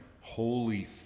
holy